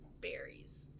berries